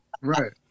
Right